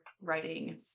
writing